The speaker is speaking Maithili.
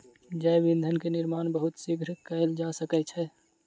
जैव ईंधन के निर्माण बहुत शीघ्र कएल जा सकै छै